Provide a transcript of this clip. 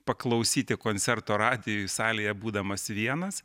paklausyti koncerto radijuj salėje būdamas vienas